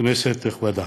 כנסת נכבדה,